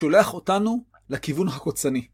שולח אותנו לכיוון הקוצני.